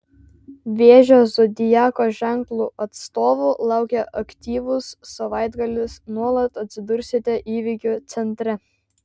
vėžio zodiako ženklo atstovų laukia aktyvus savaitgalis nuolat atsidursite įvykių centre